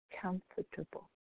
comfortable